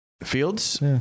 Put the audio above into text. Fields